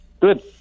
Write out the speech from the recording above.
good